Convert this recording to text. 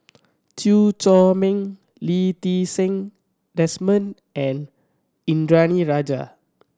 Chew Chor Meng Lee Ti Seng Desmond and Indranee Rajah